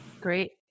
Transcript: Great